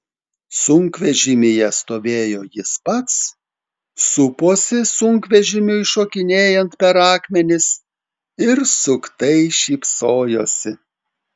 sunkvežimyje stovėjo jis pats suposi sunkvežimiui šokinėjant per akmenis ir suktai šypsojosi